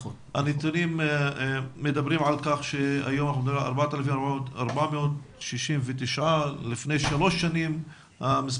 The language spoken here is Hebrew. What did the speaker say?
הנתונים מדברים על כך שהיום אנחנו מדברים על 4,469. לפני שלוש שנים המספר